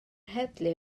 heddlu